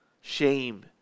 Shame